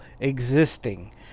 existing